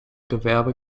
gewerbe